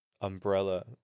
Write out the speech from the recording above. umbrella